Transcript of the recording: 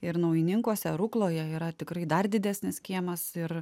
ir naujininkuose rukloje yra tikrai dar didesnis kiemas ir